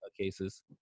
cases